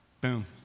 Boom